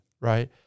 right